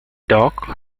dock